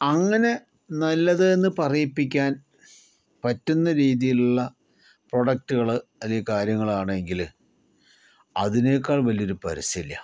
അങ്ങനെ നല്ലത് എന്ന് പറയിപ്പിക്കാൻ പറ്റുന്ന രീതിയിലുള്ള പ്രൊഡക്ടുകൾ അല്ലെങ്കിൽ കാര്യങ്ങൾ ആണ് എങ്കിൽ അതിനേക്കാൾ വലിയൊരു പരസ്യമില്ല